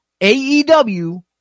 aew